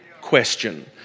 question